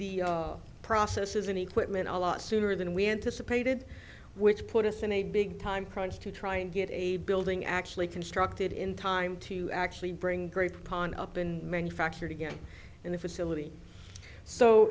the process as an equipment a lot sooner than we anticipated which put us in a big time crunch to try and get a building actually constructed in time to actually bring great pond up and manufactured again in the facility so